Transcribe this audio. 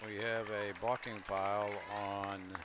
we have a blocking pile on